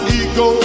ego